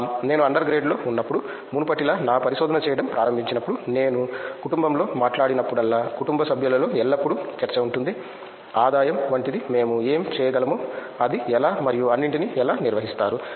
రామ్ నేను అండర్ గ్రేడ్లో ఉన్నప్పుడు మునుపటిలా నా పరిశోధన చేయడం ప్రారంభించినప్పుడు నేను కుటుంబంలో మాట్లాడినప్పుడల్లా కుటుంబ సభ్యులలో ఎల్లప్పుడూ చర్చ ఉంటుంది ఆదాయం వంటిది మేము ఏమి చేయగలమో అది ఎలా మరియు అన్నింటినీ ఎలా నిర్వహిస్తారు